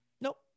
Nope